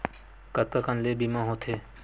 कतका कन ले बीमा होथे?